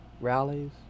Rallies